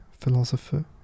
philosopher